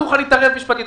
אסור לך להתערב משפטית.